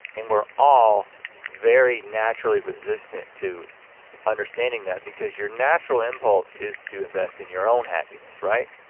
and we're all very naturally resistant to understanding that because your natural impulse is to invest in your own happiness, right?